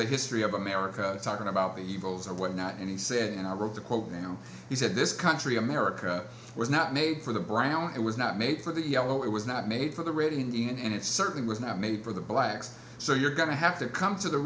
the history of america talking about the evils of what not and he said and i wrote the quote now he said this country america was not made for the brown it was not made for the yellow it was not made for the radio and it certainly was not made for the blacks so you're going to have to come to the